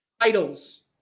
titles